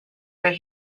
where